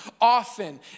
often